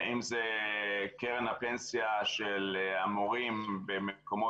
אם זה קרן הפנסיה של המורים במדינות